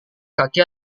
kaki